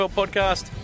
podcast